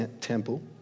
temple